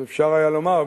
אז אפשר היה לומר,